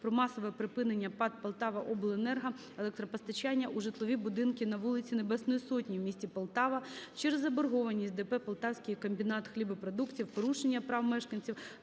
про масове припинення ПАТ "Полтаваобленерго" електропостачання у житлові будинки на вулиці Небесної Сотні у місті Полтаві через заборгованість ДП "Полтавський комбінат хлібопродуктів", порушення прав мешканців